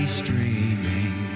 streaming